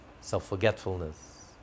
self-forgetfulness